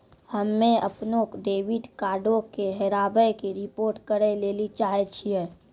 हम्मे अपनो डेबिट कार्डो के हेराबै के रिपोर्ट करै लेली चाहै छियै